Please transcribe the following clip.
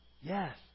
Yes